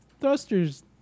thrusters